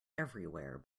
everywhere